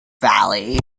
valley